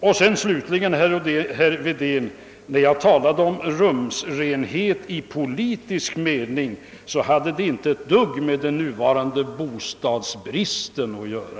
Och slutligen, herr Wedén: När jag talade om rumsrenhet i politisk mening, så hade det inte ett dugg med den nu "varande bostadsbristen att göra.